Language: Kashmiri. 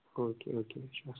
okay okay